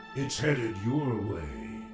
it's headed your way.